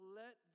let